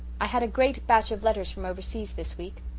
i had a great batch of letters from overseas this week.